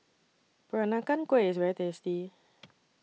Peranakan Kueh IS very tasty